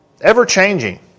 ever-changing